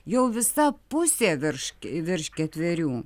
jau visa pusė virš virš ketverių